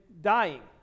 dying